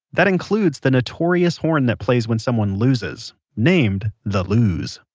that included the notorious horn that plays when someone loses, named the lose.